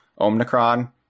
Omnicron